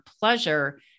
pleasure